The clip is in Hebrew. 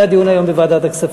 היה היום דיון בוועדת הכספים